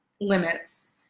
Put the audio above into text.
limits